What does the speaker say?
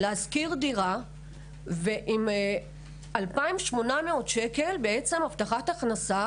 לשכור דירה ועם 2,800 שקל הבטחת הכנסה